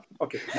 Okay